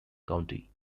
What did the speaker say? county